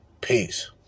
Peace